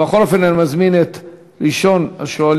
אבל בכל אופן, אני מזמין את ראשון השואלים,